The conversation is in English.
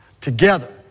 together